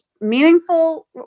meaningful